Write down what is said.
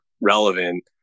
relevant